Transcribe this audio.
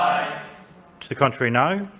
to the contrary no.